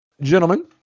gentlemen